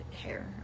hair